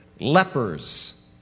lepers